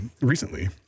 recently